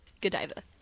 Godiva